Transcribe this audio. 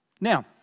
Now